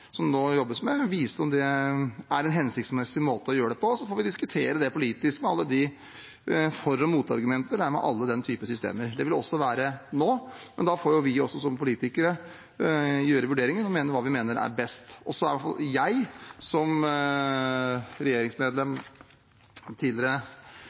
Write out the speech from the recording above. vise om det er en hensiktsmessig måte å gjøre det på, og så får vi diskutere det politisk – med alle de for- og motargumenter det er med alle den type systemer. Det vil det også være nå, men da får jo vi også, som politikere, gjøre vurderinger og gjøre det vi mener er best. Så er iallfall jeg som